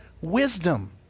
wisdom